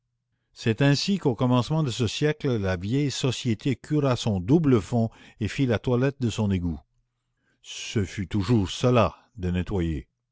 c'est ainsi qu'au commencement de ce siècle la vieille société cura son double fond et fit la toilette de son égout ce fut toujours cela de nettoyé